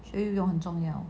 so 有学游泳很重要